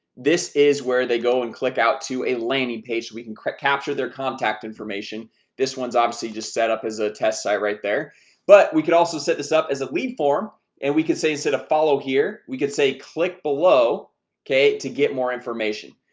this is where they go and click out to a landing page we can capture their contact information this one's obviously just set up as a test site right there but we could also set this up as a lead form and we could say instead a follow here. we could say click below okay to get more information.